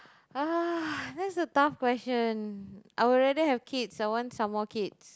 uh that's a tough question I would rather have kids I want some more kids